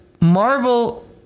Marvel